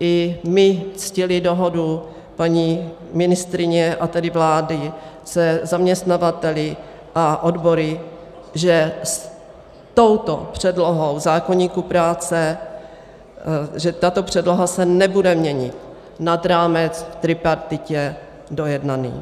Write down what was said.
i my ctili dohodu paní ministryně, a tedy vlády se zaměstnavateli a odbory, že tato předloha zákoníku práce se nebude měnit nad rámec v tripartitě dojednaný.